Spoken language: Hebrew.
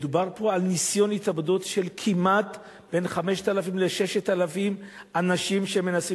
מדובר על ניסיונות התאבדות של 5,000 6,000 אנשים בשנה,